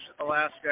Alaska